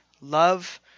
love